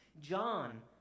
John